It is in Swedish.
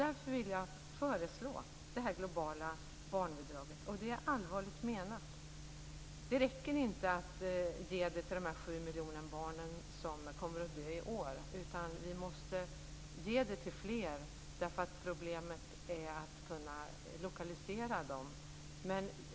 Därför vill jag föreslå det globala barnbidraget. Det är allvarligt menat. Det räcker inte att ge det till de sju miljoner barn som kommer att dö i år. Vi måste ge det till fler eftersom problemet är att kunna lokalisera dem.